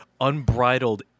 unbridled